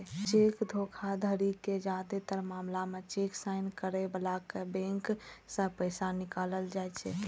cheque धोखाधड़ीक जादेतर मामला मे चेक साइन करै बलाक बैंक सं पैसा निकालल जाइ छै